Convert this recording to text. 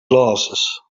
glasses